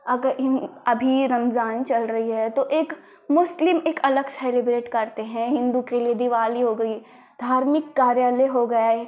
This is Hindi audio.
अग भी अभी रमज़ान चल रहा है तो एक मुस्लिम एक अलग सेलिब्रेट करते हैं हिन्दू के लिए दिवाली हो गई है धार्मिक कार्यालय हो गए